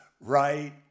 right